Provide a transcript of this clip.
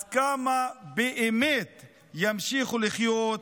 / אז כמה באמת ימשיכו לחיות,